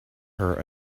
her